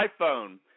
iPhone